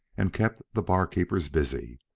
and kept the barkeepers busy.